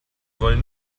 wollen